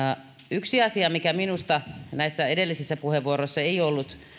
yksi asia näissä edellisissä puheenvuoroissa